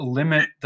limit